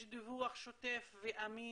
יש דיווח שוטף ואמין?